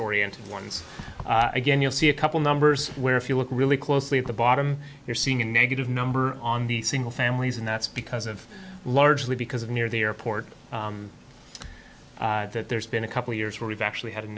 oriented ones again you'll see a couple numbers where if you look really closely at the bottom you're seeing a negative number on the single families and that's because of largely because of near the airport that there's been a couple of years where we've actually had a